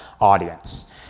audience